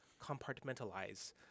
compartmentalize